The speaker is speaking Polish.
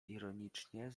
ironicznie